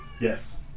yes